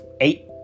eight